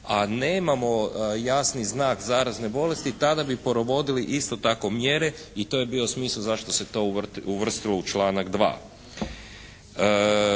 a nemamo jasni znak zarazne bolesti tada bi provodili isto tako mjere i to je bio smisao zašto se to uvrstilo u članak 2.